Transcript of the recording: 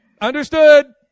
Understood